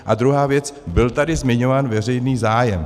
A druhá věc, byl tady zmiňován veřejný zájem.